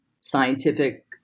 scientific